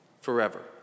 forever